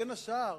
בין השאר